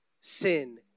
sin